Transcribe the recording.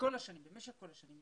במשך כל השנים,